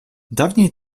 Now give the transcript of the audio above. dawniej